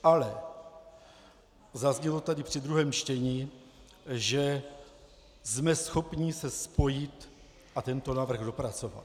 Ale zaznělo tady při druhém čtení, že jsme schopni se spojit a tento návrh dopracovat.